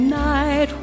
night